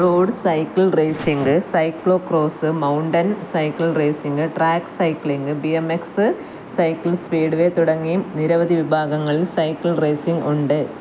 road cycle racing cyclocross mountain cycle racing track cycling B M X cycle speedway തുടങ്ങി നിരവധി വിഭാഗങ്ങളിൽ cycle racing ഉണ്ട്